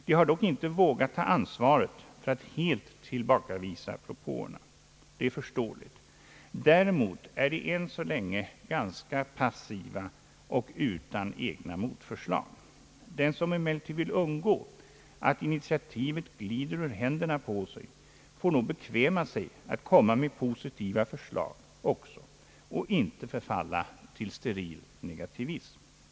De har dock inte vågat ta ansvaret för att helt tillbakavisa propåerna, vilket är förståeligt. Däremot är de ännu så länge ganska passiva och utan egna motförslag. Den som emellertid vill undgå att initiativet glider ur händerna på sig får nog bekväma sig att komma med positiva förslag också och inte förfalla till steril negativism.